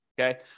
Okay